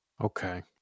Okay